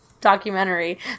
documentary